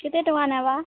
କେତେ ଟଙ୍ଗା ନେବା